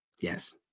Yes